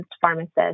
pharmacists